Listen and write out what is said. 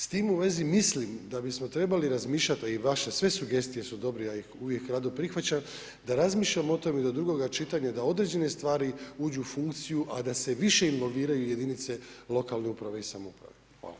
S tim u vezi mislim, da bismo trebali razmišljati, a i vaše sve sugestije su dobre, ja ih uvijek rado prihvaćam, da razmišljamo o tome, da do drugoga čitanja, da određene stvari uđu u funkciju, a da se više involviraju jedinice lokalne uprave i samouprave.